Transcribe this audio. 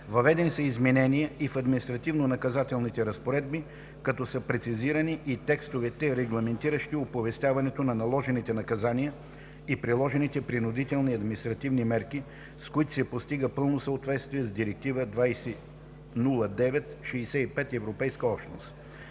Въведени са изменения и в административнонаказателните разпоредби, като са прецизирани и текстовете, регламентиращи оповестяването на наложените наказания и приложените принудителни административни мерки, с които се постига пълно съответствие с Директива 2009/65/ЕО.